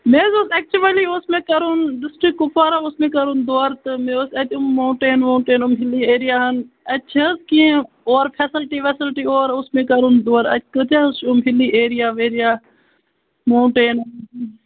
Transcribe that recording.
مےٚ حظ اوس اٮ۪کچُؤلی اوس مےٚ کَرُن ڈِسٹِرک کُپوارہ اوس مےٚ کَرُن دورٕ تہٕ مےٚ اوس اَتہٕ یِم ماوٹین ووٹین یِم ہِلی ایریاہَن اَتہِ چھِ حظ کیٚنٛہہ اورٕ فٮ۪سَلٹی وٮ۪سَلٹی اورٕ اوس مےٚ کَرُن دورٕ اَتہِ کۭتیٛاہ حظ چھِ یِم ہِلی ایریا ویریا ماوٹین